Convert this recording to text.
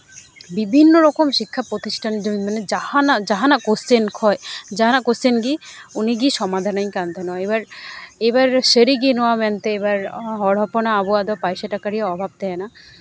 ᱵᱤᱵᱷᱤᱱᱱᱚ ᱨᱚᱠᱚᱢ ᱥᱤᱠᱠᱷᱟ ᱯᱨᱚᱛᱤᱥᱴᱷᱟᱱ ᱡᱮᱢᱚᱱ ᱡᱟᱦᱟᱱ ᱡᱟᱦᱟᱱᱟᱜ ᱠᱳᱥᱪᱮᱱ ᱠᱷᱚᱱ ᱡᱟᱦᱟᱱᱟᱜ ᱠᱳᱥᱪᱮᱱ ᱜᱮ ᱩᱱᱤ ᱜᱤᱭ ᱥᱚᱢᱟᱫᱷᱟᱱᱤᱧ ᱠᱟᱱ ᱛᱟᱦᱮᱱᱟ ᱮᱵᱟᱨ ᱥᱟᱹᱨᱤ ᱜᱮ ᱱᱚᱣᱟ ᱢᱮᱱᱛᱮ ᱮᱵᱟᱨ ᱦᱚᱲ ᱦᱚᱯᱚᱱᱟᱜ ᱟᱵᱚᱣᱟᱜ ᱫᱚ ᱯᱟᱭᱥᱟ ᱴᱟᱠᱟ ᱨᱮᱭᱟᱜ ᱚᱵᱷᱟᱵᱽ ᱛᱟᱦᱮᱱᱟ